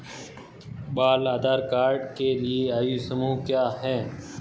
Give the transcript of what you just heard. बाल आधार कार्ड के लिए आयु समूह क्या है?